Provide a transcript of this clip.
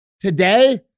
today